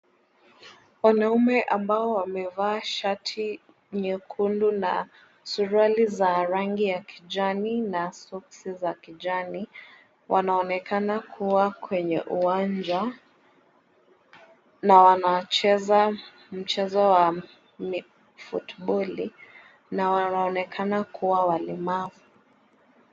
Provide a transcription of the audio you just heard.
Wanaume ambao wamevaa shati nyekundu na suruali za rangi ya kijani na soksi za kijani, wanaonekana kuwa kwenye uwanja na wanacheza mchezo wa futboli na wanaonekana kuwa walemavu.